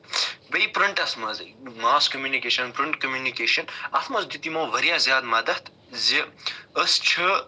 بیٚیہِ پِرٛنٹَس منٛز mass communication print communication اَتھ منٛز دیُت یِمو واریاہ زیادٕ مَدتھ زِ أسۍ چھُ